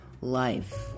life